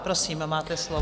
Prosím, máte slovo.